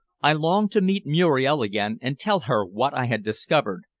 i longed to meet muriel again and tell her what i had discovered,